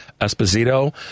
Esposito